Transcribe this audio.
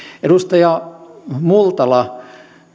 edustaja multala